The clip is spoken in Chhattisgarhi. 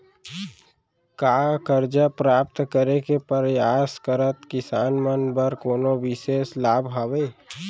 का करजा प्राप्त करे के परयास करत किसान मन बर कोनो बिशेष लाभ हवे?